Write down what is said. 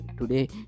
today